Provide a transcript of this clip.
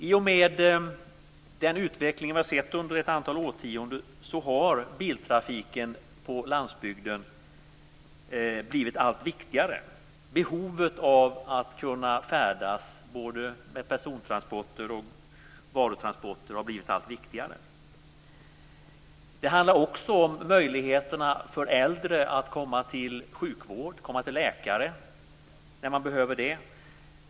I och med den utveckling som vi har sett under ett antal årtionden har biltrafiken på landsbygden blivit allt viktigare. Behovet av att kunna färdas - det gäller både persontransporter och varutransporter - har blivit allt viktigare. Det handlar också om möjligheterna för äldre att komma till sjukvård och läkare när man behöver det.